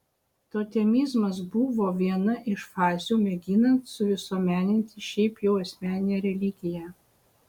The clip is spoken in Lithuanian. totemizmas buvo viena iš fazių mėginant suvisuomeninti šiaip jau asmeninę religiją